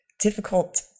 difficult